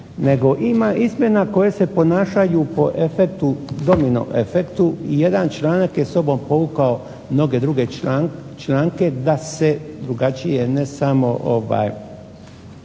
nego ima izmjena koje se ponašaju po domino efektu i jedan članak je za sobom povukao mnoge druge članke da se drugačije, ne samo